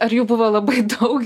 ar jų buvo labai daug